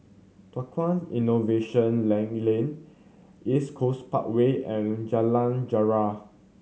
Tukang Innovation Lane East Coast Parkway and Jalan Jarak